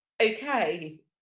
okay